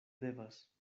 devas